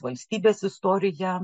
valstybės istorija